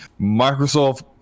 Microsoft